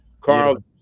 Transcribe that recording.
Carl